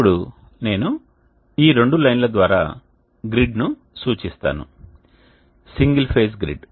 ఇప్పుడు నేను ఈ రెండు లైన్ల ద్వారా గ్రిడ్ను సూచిస్తాను సింగిల్ ఫేజ్ గ్రిడ్